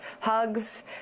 HUGS